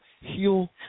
heal